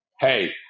hey